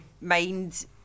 mind